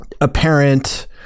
apparent